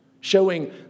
showing